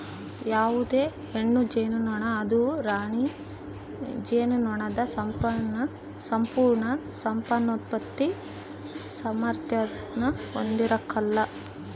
ಯಾವುದೇ ಹೆಣ್ಣು ಜೇನುನೊಣ ಅದು ರಾಣಿ ಜೇನುನೊಣದ ಸಂಪೂರ್ಣ ಸಂತಾನೋತ್ಪತ್ತಿ ಸಾಮಾರ್ಥ್ಯಾನ ಹೊಂದಿರಕಲ್ಲ